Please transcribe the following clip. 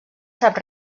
sap